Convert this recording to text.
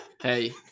Hey